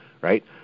right